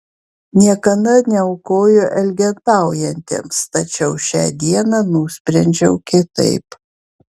niekada neaukoju elgetaujantiems tačiau šią dieną nusprendžiau kitaip